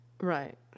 Right